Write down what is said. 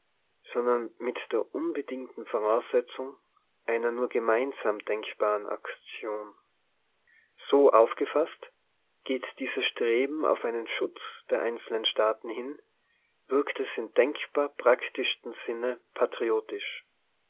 sondern mit der unbedingten voraussetzung einer nur gemeinsam denkbaren aktion so aufgefaßt geht dieses streben auf einen schutz der einzelnen staaten hin wirkt es in denkbar praktischstem sinne